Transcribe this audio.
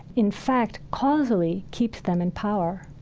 in fact, causally keeps them in power.